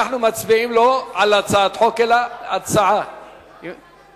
אנחנו מצביעים לא על הצעת חוק אלא על הצעה לסדר-היום.